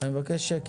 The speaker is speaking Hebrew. לנסח את הסוגיות הלא